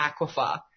aquifer